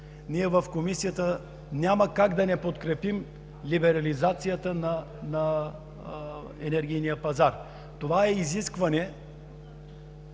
Ние в Комисията няма как да не подкрепим либерализацията на енергийния пазар. Това е изискване